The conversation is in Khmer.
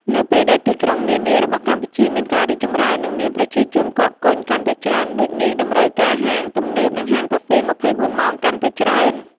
នៅពេលដែលទីក្រុងនានារបស់កម្ពុជាមានការរីកចម្រើន និងមានប្រជាជនកកកុញកាន់តែច្រើន ដូចនេះតម្រូវការហាងទំនើប និងហាងកាហ្វេ ២៤ម៉ោងកាន់តែច្រើន។